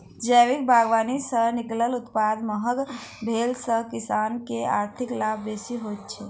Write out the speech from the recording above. जैविक बागवानी सॅ निकलल उत्पाद महग भेला सॅ किसान के आर्थिक लाभ बेसी होइत छै